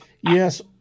Yes